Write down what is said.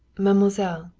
mademoiselle,